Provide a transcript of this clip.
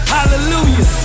Hallelujah